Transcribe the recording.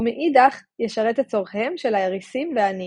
ומאידך ישרת את צורכיהם של האריסים והעניים.